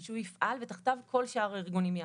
שהוא יפעל ותחתיו יעבדו כל שאר הארגונים.